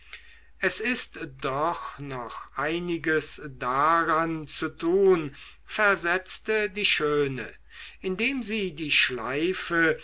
es ist doch noch einiges daran zu tun versetzte die schöne indem sie die schleife